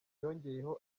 yongeyeho